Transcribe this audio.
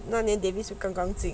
那年 davis 不是刚刚进